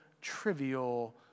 trivial